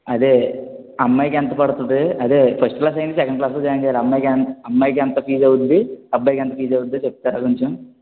అదే అమ్మాయికి ఎంత పడుతుంది అదే ఫస్ట్ క్లాస్ అయింది సెకండ్ క్లాస్లో జాయిన్ చెయ్యాలి అమ్మాయికెం అమ్మాయికి ఎంత ఫీజ్ అవుతుంది అబ్బాయికి ఎంత ఫీజ్ అవుతుంది చెప్తారా కొంచెం